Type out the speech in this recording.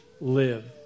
live